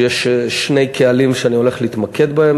שיש שני קהלים שאני הולך להתמקד בהם,